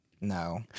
No